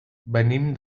venim